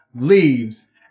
leaves